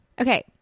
Okay